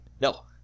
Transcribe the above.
no